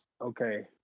okay